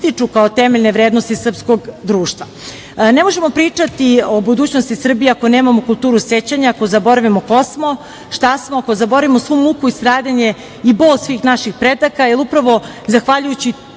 kao temeljne vrednosti srpskog društva. Ne možemo pričati o budućnosti Srbije ako nemamo kulturu sećanja, ako zaboravimo ko smo, šta smo, ako zaboravimo svu muku i stradanje i bol svih naših predaka, jer upravo zahvaljujući